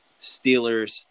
Steelers